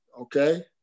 okay